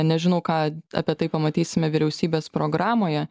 nežinau ką apie tai pamatysime vyriausybės programoje